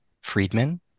Friedman